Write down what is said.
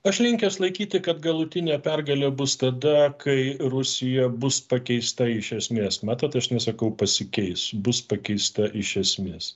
aš linkęs laikyti kad galutinė pergalė bus tada kai rusija bus pakeista iš esmės matot aš nesakau pasikeis bus pakeista iš esmės